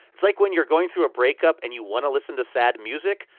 it's like when you're going through a breakup and you want to listen to sad music.